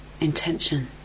intention